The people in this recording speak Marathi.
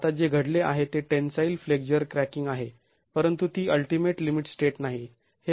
आता जे घडले आहे ते टेन्साईल फ्लेक्झर क्रॅकिंग आहे परंतु ती अल्टीमेट लिमिट स्टेट नाही